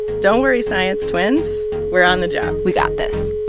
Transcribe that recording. don't worry, science. twins we're on the job we got this